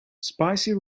spicy